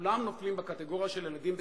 שכולם נופלים בקטגוריה של ילדים בסיכון.